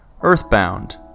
Earthbound